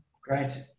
Great